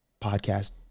podcast